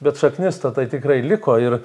bet šaknis ta tai tikrai liko ir